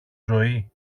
ζωή